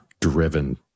driven